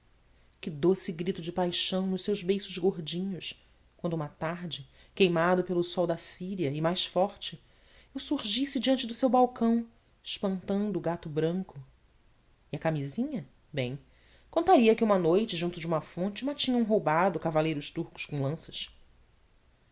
que doce grito de paixão nos seus beiços gordinhos quando uma tarde queimado pelo sol da síria e mais forte eu surgisse diante do seu balcão espantando o gato branco e a camisinha bem contaria que uma noite junto de uma fonte ma tinham roubado cavaleiros turcos com lanças